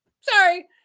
Sorry